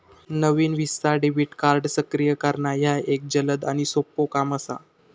नवीन Visa debit card सक्रिय करणा ह्या एक जलद आणि सोपो काम असा